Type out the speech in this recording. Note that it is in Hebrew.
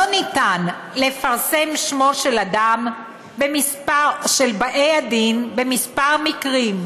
לא ניתן לפרסם את שמם של באי הדין בכמה מקרים: